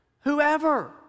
Whoever